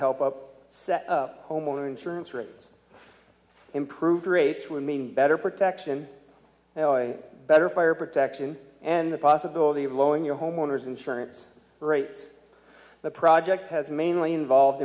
help up set up homeowner insurance rates improved race would mean better protection better fire protection and the possibility of lowering your homeowner's insurance rates the project has mainly involved